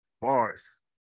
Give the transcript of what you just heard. Bars